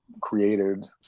created